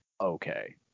okay